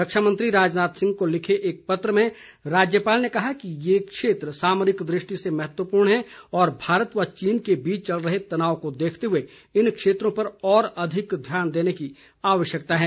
रक्षा मंत्री राजनाथ सिंह को लिखे एक पत्र में राज्यपाल ने कहा है कि ये क्षेत्र सामरिक दृष्टि से बहुत महत्वपूर्ण है और भारत व चीन के बीच चल रहे तनाव को देखते हुए इन क्षेत्रों पर और अधिक ध्यान देने की आवश्यकता है